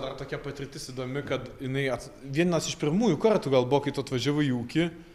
dar tokia patirtis įdomi kad jinai vienas iš pirmųjų kartų gal buvo kai tu atvažiuojai į ūkį